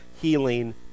healing